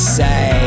say